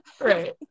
Right